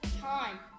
time